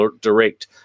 direct